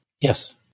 Yes